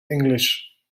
english